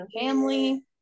family